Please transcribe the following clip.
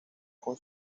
con